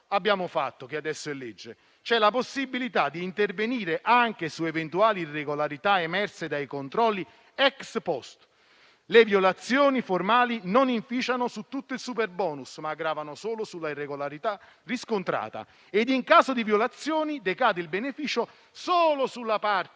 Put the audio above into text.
parlamentari, si prevede la possibilità di intervenire anche su eventuali irregolarità emerse dai controlli *ex post*. Le violazioni formali non inficiano tutto il superbonus, ma gravano solo sulla irregolarità riscontrata, ed in caso di violazioni decade il beneficio solo sulla parte